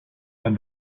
and